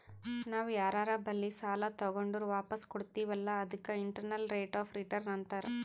ನಾವ್ ಯಾರರೆ ಬಲ್ಲಿ ಸಾಲಾ ತಗೊಂಡುರ್ ವಾಪಸ್ ಕೊಡ್ತಿವ್ ಅಲ್ಲಾ ಅದಕ್ಕ ಇಂಟರ್ನಲ್ ರೇಟ್ ಆಫ್ ರಿಟರ್ನ್ ಅಂತಾರ್